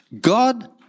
God